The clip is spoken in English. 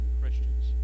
Christians